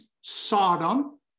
Sodom